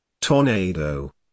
tornado